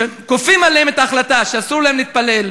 שכופים עליהם את ההחלטה שאסור להם להתפלל,